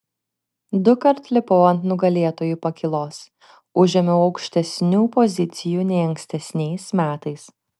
dukart lipau ant nugalėtojų pakylos užėmiau aukštesnių pozicijų nei ankstesniais metais